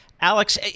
Alex